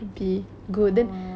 orh